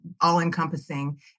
all-encompassing